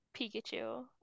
pikachu